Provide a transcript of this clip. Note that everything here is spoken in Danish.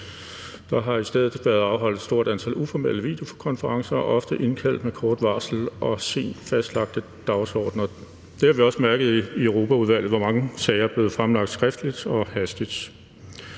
Der har i stedet været afholdt et stort antal uformelle videokonferencer ofte indkaldt med kort varsel og med sent fastlagte dagsordener. Det har vi også mærket i Europaudvalget, hvor mange sager er blevet fremlagt skriftligt og hastigt.